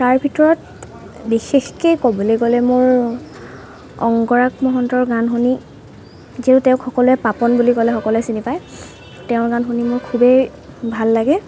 তাৰ ভিতৰত বিশেষকৈ ক'বলৈ গ'লে মোৰ অংগৰাগ মহন্তৰ গান শুনি যিহেতু তেওঁক সকলোৱে পাপন বুলি ক'লে সকলোৱে চিনি পায় তেওঁৰ গান শুনি মোৰ খুবেই ভাল লাগে